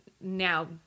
now